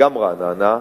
גם רעננה,